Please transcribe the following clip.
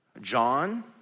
John